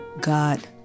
God